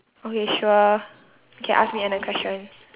okay sure you can ask me another question